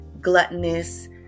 gluttonous